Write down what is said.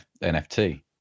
nft